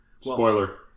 Spoiler